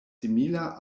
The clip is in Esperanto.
simila